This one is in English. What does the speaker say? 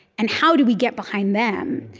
and how do we get behind them?